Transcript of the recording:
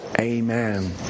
Amen